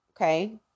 okay